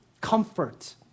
comfort